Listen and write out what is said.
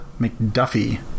McDuffie